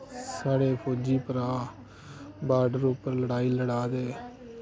साढ़े फौजी भ्राऽ बार्डर उप्पर लड़ाई लड़ा दे